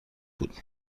بود